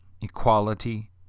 equality